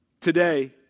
Today